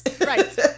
right